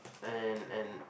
and and